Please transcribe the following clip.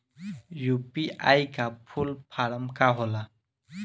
UPI का full form का होला?